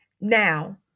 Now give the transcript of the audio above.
now